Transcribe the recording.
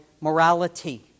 morality